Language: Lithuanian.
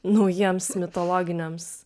naujiems mitologiniams